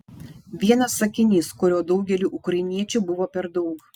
vienas sakinys kurio daugeliui ukrainiečių buvo per daug